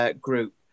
group